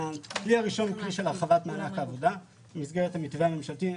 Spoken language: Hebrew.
הדבר הראשון במסגרת המתווה הממשלתי,